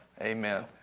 Amen